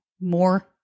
more